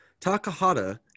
Takahata